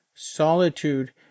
Solitude